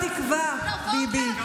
כמה תקווה, ביבי,